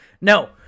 No